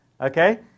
Okay